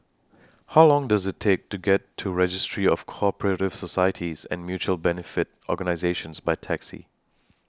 How Long Does IT Take to get to Registry of Co Operative Societies and Mutual Benefit Organisations By Taxi